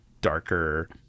darker